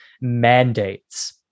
mandates